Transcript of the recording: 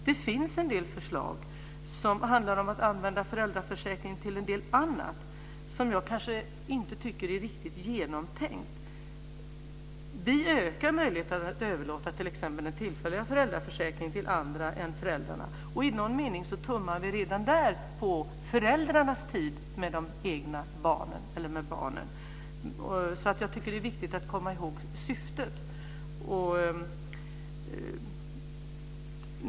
Det finns en del förslag som handlar om att man ska använda föräldraförsäkringen till en del annat som jag inte tycker är riktigt genomtänkta. Vi ökar möjligheten att överlåta t.ex. den tillfälliga föräldraförsäkringen till andra än föräldrarna. I någon mening tummar vi redan där på föräldrarnas tid med barnen. Jag tycker att det är viktigt att komma ihåg syftet.